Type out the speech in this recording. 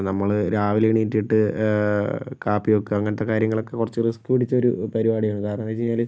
നമ്മള് രാവിലെ എണീറ്റിട്ട് കാപ്പി വെയ്ക്കുക അങ്ങനത്തെ കാര്യങ്ങളൊക്കെ കുറച്ച് റിസ്ക് പിടിച്ചൊരു പരിപാടിയാണ് കാരണം എന്ന് വെച്ചുകഴിഞ്ഞാല്